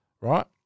Right